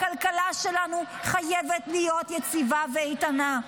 הכלכלה שלנו חייבת להיות יציבה ואיתנה,